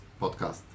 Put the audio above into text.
Podcast